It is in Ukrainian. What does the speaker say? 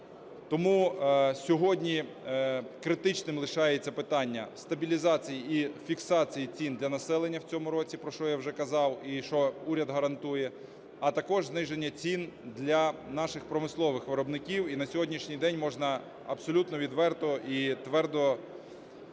Тому сьогодні критичним лишається питання стабілізації і фіксації цін для населення в цьому році, про що я вже казав, і що уряд гарантує, а також зниження цін для наших промислових виробників. І на сьогоднішній день можна абсолютно відверто і твердо